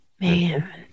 Man